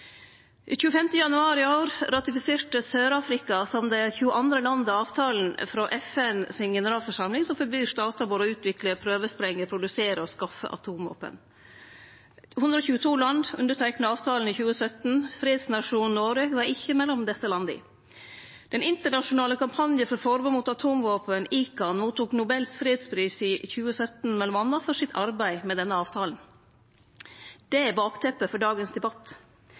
Den 25. januar i år ratifiserte Sør-Afrika, som det 22. landet, avtalen frå FNs generalforsamling som forbyr statar både å utvikle, prøvesprenge, produsere og skaffe atomvåpen. 122 land underteikna avtalen i 2017. Fredsnasjonen Noreg var ikkje mellom desse landa. Den internasjonale kampanjen for forbod mot atomvåpen, ICAN, fekk Nobels fredspris i 2017, m.a. for arbeidet sitt med denne avtalen. Det er bakteppet for